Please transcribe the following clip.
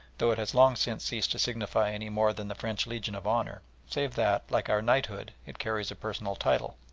though it has long since ceased to signify any more than the french legion of honour, save that, like our knighthood, it carries a personal title.